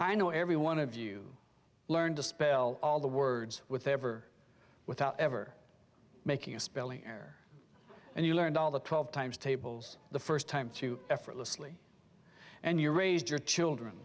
i know every one of you learn to spell all the words with ever without ever making a spelling error and you learned all that twelve times tables the first time to effortlessly and you raised your children